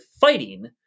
fighting